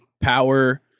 power